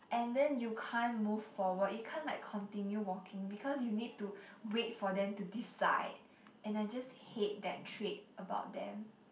and then you can't move forward you can't like continue walking because you need to wait for them to decide and I just hate that trait about them